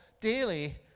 daily